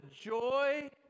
joy